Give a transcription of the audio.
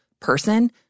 person